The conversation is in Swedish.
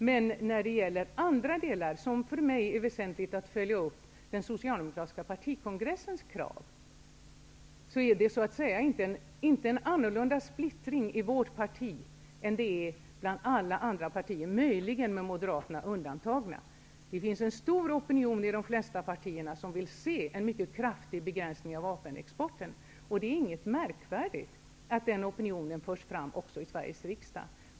Men när det gäller andra delar, där det för mig är väsentligt att följa upp den socialdemokratiska partikongressens krav, är det inte någon annorlunda splittring i vårt parti än det är i andra partier, möjligen med undantag för Moderaterna. Det finns i de flesta partier en stor opinion som vill se en mycket kraftig begränsning av vapenexporten. Det är inget märkvärdigt att denna opinion förs fram även i Sveriges riksdag.